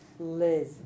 Liz